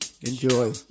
Enjoy